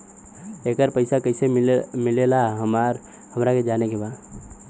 येकर पैसा कैसे मिलेला हमरा के जाने के बा?